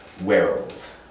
wearables